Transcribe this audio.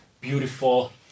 beautiful